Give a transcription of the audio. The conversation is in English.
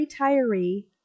retiree